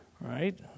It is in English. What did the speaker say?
right